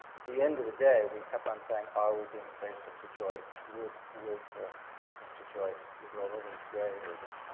at the end of the day, we kept on saying, are we being faithful to joyce? would would mr. joyce roll over in his grave or just,